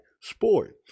sport